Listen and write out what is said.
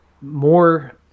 more –